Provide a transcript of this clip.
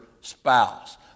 spouse